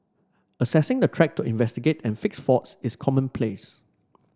accessing the track to investigate and fix faults is commonplace